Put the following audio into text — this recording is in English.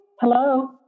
Hello